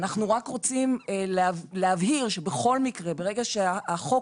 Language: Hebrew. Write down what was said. אנחנו רק רוצים להבהיר שבכל מקרה ברגע שהחוק